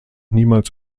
niemals